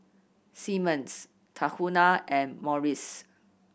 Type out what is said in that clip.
Simmons Tahuna and Morries